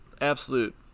absolute